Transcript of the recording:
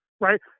right